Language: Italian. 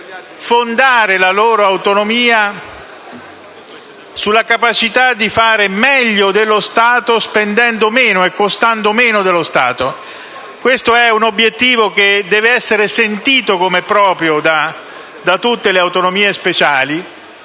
fondare la loro autonomia sulla capacità di fare meglio dello Stato, spendendo meno e costando meno dello Stato. Questo è un obiettivo che deve essere sentito come proprio da tutte le autonomie speciali.